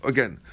Again